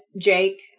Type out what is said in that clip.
Jake